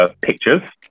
pictures